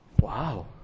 Wow